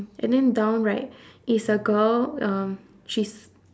and then down right is a girl um she's